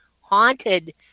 haunted